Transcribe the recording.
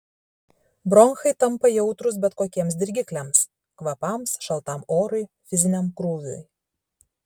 bronchai tampa jautrūs bet kokiems dirgikliams kvapams šaltam orui fiziniam krūviui